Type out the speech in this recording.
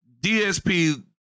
DSP